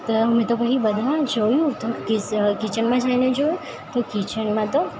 તો મેં તો પછી બધા જોયું તો કિચનમાં જઈને જોયું તો કિચનમાં તો